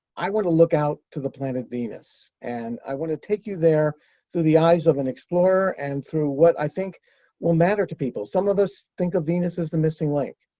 i want to look out to the planet venus. and i want to take you there through the eyes of an explorer and through what i think will matter to people. some of us think of venus as the missing link.